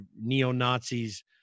neo-Nazis